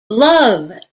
love